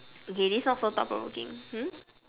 okay this not so thought provoking hmm